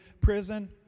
prison